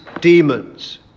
demons